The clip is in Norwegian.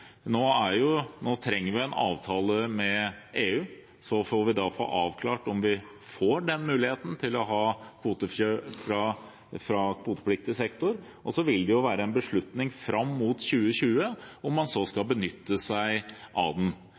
Nå trenger vi en avtale med EU. Så må vi få avklart om vi får mulighet til kvotekjøp fra kvotepliktig sektor, og så vil det være en beslutning fram mot 2020 om man så skal benytte seg av den.